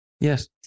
Yes